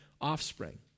Offspring